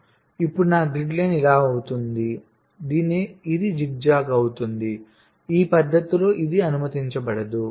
కాబట్టి ఇప్పుడు నా గ్రిడ్ లైన్ ఇలా అవుతుంది ఇది జిగ్జాగ్ అవుతుంది ఈ పద్ధతిలో ఇది అనుమతించబడదు